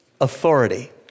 authority